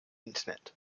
internet